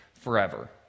forever